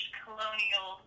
colonial